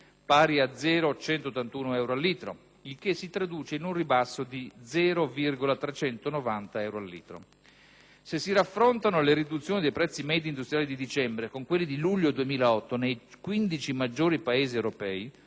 (pari a 0,181 euro a litro), il che si traduce in un ribasso di 0,390 euro a litro. Se si raffrontano le riduzioni dei prezzi medi industriali di dicembre con quelli di luglio 2008 nei 15 maggiori Paesi europei,